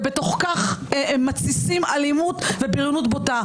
ובתוך כך מתסיסים אלימות ובריונות בוטה.